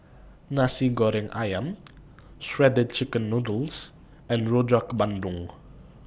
Nasi Goreng Ayam Shredded Chicken Noodles and Rojak Bandung